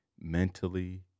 mentally